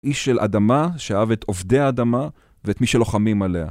איש של אדמה שאהב את עובדי האדמה ואת מי שלוחמים עליה.